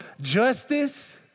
justice